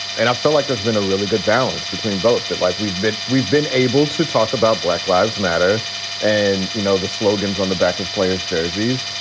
and i feel like that's been a really good balance between both that like we've been we've been able to talk about black lives matter and you know the slogans on the back of players jerseys.